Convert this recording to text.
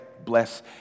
Bless